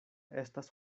estas